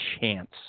chance